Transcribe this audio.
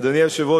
אדוני היושב-ראש,